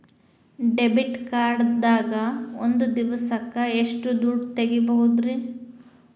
Debit card ದಾಗ ಒಂದ್ ದಿವಸಕ್ಕ ಎಷ್ಟು ದುಡ್ಡ ತೆಗಿಬಹುದ್ರಿ?